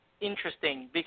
interesting